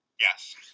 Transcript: Yes